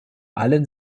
allen